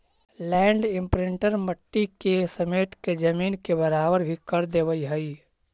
land imprinter मट्टी के समेट के जमीन के बराबर भी कर देवऽ हई